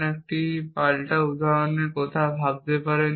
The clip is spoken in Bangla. এবং একটি পাল্টা উদাহরণের কথা ভাবতে পারেন